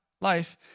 life